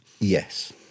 Yes